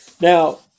Now